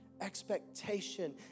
Expectation